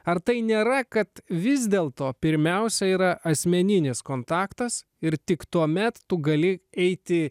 ar tai nėra kad vis dėlto pirmiausia yra asmeninis kontaktas ir tik tuomet tu gali eiti